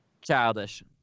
Childish